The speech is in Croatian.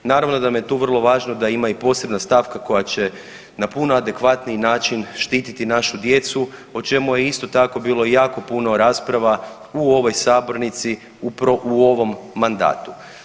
I naravno da nam je tu vrlo važno da ima i posebna stavka koja će na puno adekvatniji način štititi našu djecu o čemu je isto tako bilo jako puno rasprava u ovoj sabornici upravo u ovom mandatu.